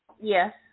Yes